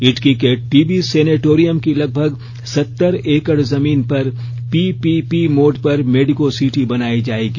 ईटकी के TB sanatorium की लगभग सत्तर एकड़ जमीन पर पीपीपी मोड पर मेडिको सिटी बनाई जाएगी